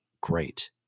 great